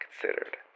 considered